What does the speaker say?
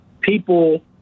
people